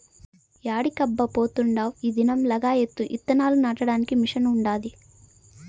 యాడికబ్బా పోతాండావ్ ఈ దినం లగాయత్తు ఇత్తనాలు నాటడానికి మిషన్ ఉండాది